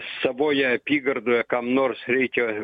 savoje apygardoje kam nors reikia